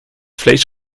vlees